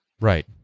right